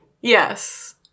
Yes